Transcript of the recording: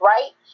Right